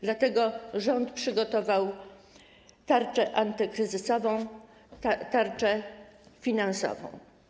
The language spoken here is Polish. Dlatego rząd przygotował tarczę antykryzysową, tarczę finansową.